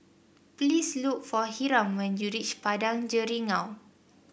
please look for Hiram when you reach Padang Jeringau